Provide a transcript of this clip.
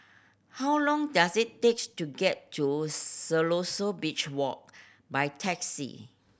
how long does it takes to get to Siloso Beach Walk by taxi